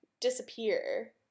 disappear